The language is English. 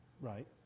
Right